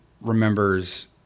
remembers